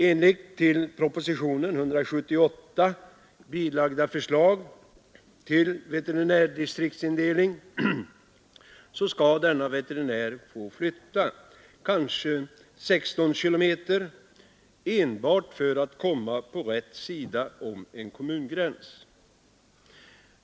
Enligt till propositionen 178 bilagt förslag till veterinärdistriktsindelning skall denne veterinär få flytta, kanske 16 kilometer, enbart för att komma på ”rätt” sida om en kommungräns.